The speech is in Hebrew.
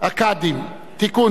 הקאדים (תיקון,